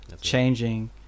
changing